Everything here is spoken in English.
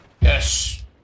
Yes